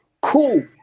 cool